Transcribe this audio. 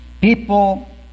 People